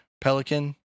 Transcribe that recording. pelican